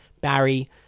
Barry